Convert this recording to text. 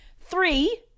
three